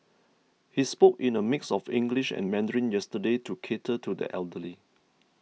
he spoke in a mix of English and Mandarin yesterday to cater to the elderly